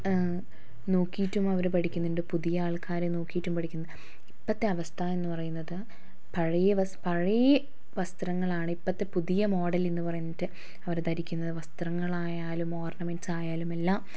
നോക്കീറ്റും അവർ പഠിക്കുന്നുണ്ട് പുതിയ ആൾക്കാരെ നോക്കിയിട്ടും പഠിക്കുന്നുണ്ട് ഇപ്പോഴത്തെ അവസ്ഥ എന്ന് പറയുന്നത് പഴയ വസ് പഴയ വസ്ത്രങ്ങളാണ് ഇപ്പോഴത്തെ പുതിയ മോഡലെന്ന് പറഞ്ഞിട്ട് അവർ ധരിക്കുന്നത് വസ്ത്രങ്ങളായാലും ഒർണമെന്റ്സ് ആയാലും എല്ലാം